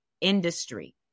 industry